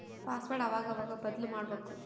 password ಅವಾಗವಾಗ ಬದ್ಲುಮಾಡ್ಬಕು